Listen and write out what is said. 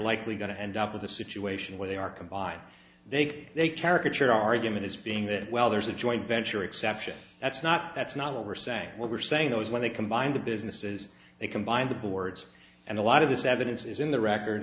likely going to end up with a situation where they are combined they could they caricature argument as being that well there's a joint venture exception that's not that's not what we're saying what we're saying though is when they combine the businesses they combine the boards and a lot of this evidence is in the record